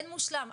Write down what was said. אין מושלם,